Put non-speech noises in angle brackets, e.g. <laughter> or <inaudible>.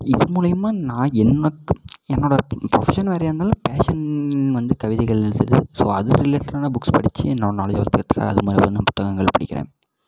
இது மூலியமாக நான் எனக்கு என்னோட ப்ரொஃபஷன் வேறையாக இருந்தாலும் ஃபேஷன் வந்து கவிதைகள் எழுதுறது ஸோ அது ரிலேட்டடான புக்ஸ் படிச்சு நான் <unintelligible> அதுமாதிரியான புத்தகங்கள் படிக்கிறேன்